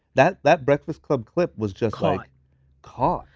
that that breakfast club clip was just caught. caught.